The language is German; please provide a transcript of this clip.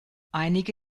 einige